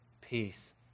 peace